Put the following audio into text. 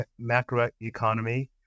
macroeconomy